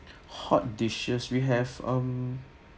hot dishes we have um